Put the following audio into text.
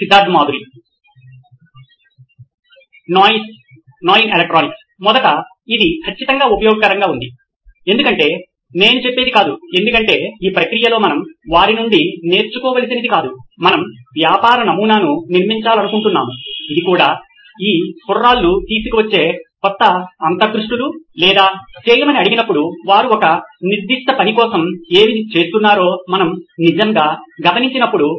Siddharth Maturi CEO నోయిన్ electronics మొదట ఇది ఖచ్చితంగా ఉపయోగకరంగా ఉంది ఎందుకంటే నేను చెప్పేది కాదు ఎందుకంటే ఈ ప్రక్రియలో మనం వారి నుండి నేర్చుకోవలసినది కాదు మనం వ్యాపార నమూనాను నిర్మించాలనుకుంటున్నాము ఇది కూడా ఈ కుర్రాళ్ళు తీసుకువచ్చే కొత్త అంతర్దృష్టులు లేదా చేయమని అడిగినప్పుడు వారు ఒక నిర్దిష్ట పని కోసం ఏమి చేస్తున్నారో మనము నిజంగా గమనించినప్పుడు